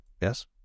yes